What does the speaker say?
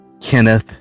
Kenneth